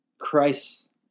Christ